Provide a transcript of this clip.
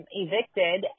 evicted